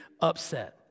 upset